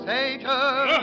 Satan